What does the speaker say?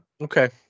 Okay